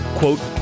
quote